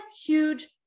huge